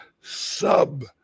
sub